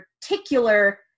particular